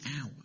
hour